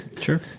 Sure